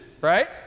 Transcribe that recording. right